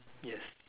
yes